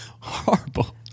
horrible